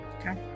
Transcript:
okay